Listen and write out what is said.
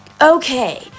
okay